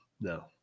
no